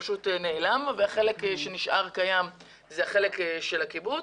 פשוט נעלם והחלק שנשאר קיים הוא החלק של הקיבוץ.